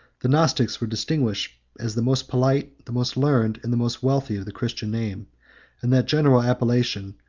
the gnostics were distinguished as the most polite, the most learned, and the most wealthy of the christian name and that general appellation,